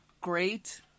Great